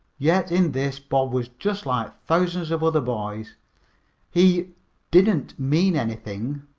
yet in this bob was just like thousands of other boys he didn't mean anything.